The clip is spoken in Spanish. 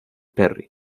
perry